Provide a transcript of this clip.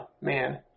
man